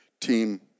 team